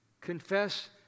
confess